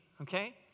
okay